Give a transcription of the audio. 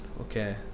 Okay